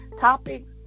topics